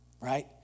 right